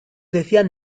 decían